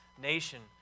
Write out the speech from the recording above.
nation